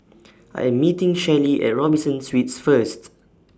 I Am meeting Shelli At Robinson Suites First